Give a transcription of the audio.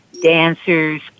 dancers